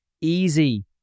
easy